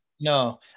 No